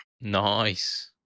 Nice